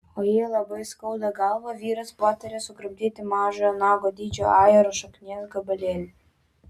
o jei labai skauda galvą vyras patarė sukramtyti mažojo nago dydžio ajero šaknies gabalėlį